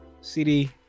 CD